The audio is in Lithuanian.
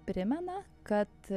primena kad